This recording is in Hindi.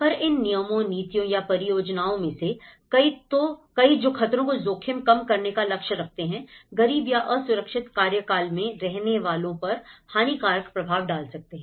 पर इन नियमों नीतियों या परियोजनाओं में से कई जो खतरों को जोखिम कम करने का लक्ष्य रखते हैं गरीब या असुरक्षित कार्यकाल मैं रहने वालों पर हानिकारक प्रभाव डाल सकते हैं